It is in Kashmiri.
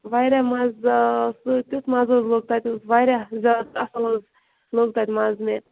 واریاہ مزٕ آو تٮُ۪تھ مزٕ حظ لوٚگ تتہِ اوس واریاہ زیادٕ اَصٕل حظ لوٚگ تتہِ مزٕ مےٚ